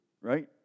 right